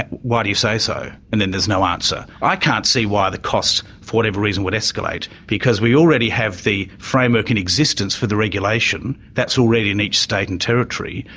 why do you say so? and then there's no answer. i can't see why the costs for whatever reason would escalate because we already have the framework in existence for the regulation, that's already in each state and territory.